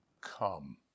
Come